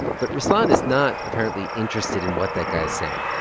but ruslan is not apparently interested in what that guy is saying.